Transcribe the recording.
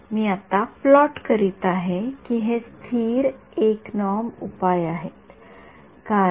मग मी आणखी लोभी झालो मी म्हटलं आहे की मी फक्त दोन टक्के कॉइफिसिएंटठेवू शकतो जेव्हा मी केवळ २ टक्के कॉइफिसिएंट ठेवतो तेव्हा हे फारच उग्र असते